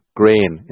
grain